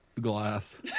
glass